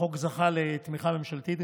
החוק זכה גם לתמיכה ממשלתית.